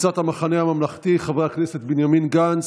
קבוצת המחנה הממלכתי: חברי הכנסת בנימין גנץ,